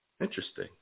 Interesting